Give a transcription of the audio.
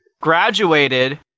graduated